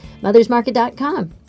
mothersmarket.com